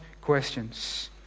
questions